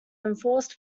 enforced